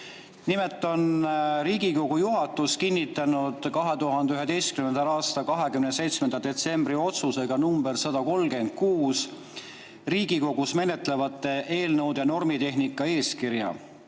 Nimelt on Riigikogu juhatus kinnitanud 2011. aasta 27. detsembri otsusega nr 136 "Riigikogus menetletavate eelnõude normitehnika eeskirja",